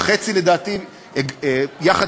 היה מנכ"ל עיריית ירושלים יוסי היימן,